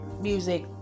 music